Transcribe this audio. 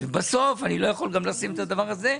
ובסוף אני לא יכול גם לעשות את הדבר הזה,